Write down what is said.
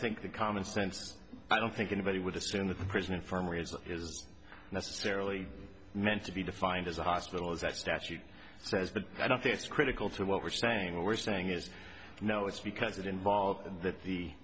think that common sense i don't think anybody would assume that the prison infirmary is necessarily meant to be defined as a hospital if that statute says but i don't think it's critical to what we're saying we're saying is no it's because it involve